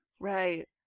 Right